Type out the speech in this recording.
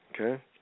Okay